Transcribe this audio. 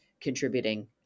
contributing